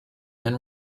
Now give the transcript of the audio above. and